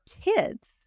kids